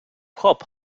hop